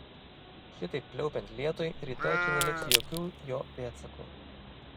šitaip pliaupiant lietui rytoj čia neliks jokių jo pėdsakų